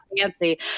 Fancy